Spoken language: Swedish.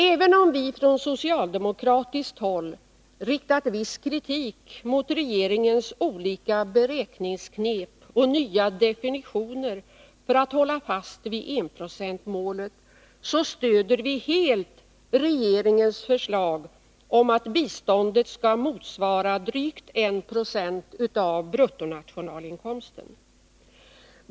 Även om vi från socialdemokratiskt håll riktat viss kritik mot regeringens olika beräkningsknep och nya definitioner för att hålla fast vid enprocentsmålet, stöder vi helt regeringens förslag om att biståndet skall motsvara drygt 1 96 av bruttonationalinkomsten.